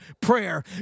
prayer